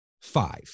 five